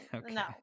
no